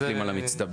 מסתכלים על המצטבר.